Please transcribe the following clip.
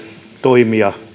toimia